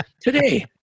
today